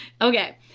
Okay